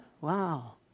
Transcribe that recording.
Wow